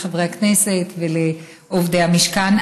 לחברי הכנסת ולעובדי המשכן.